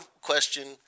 question